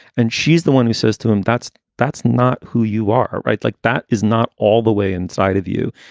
and she's the one who says to him, that's that's not who you are. right. like, that is not all the way inside of you.